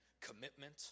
commitment